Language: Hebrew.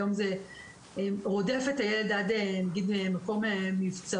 היום זה רודף את הילד עד מקום מבצרו,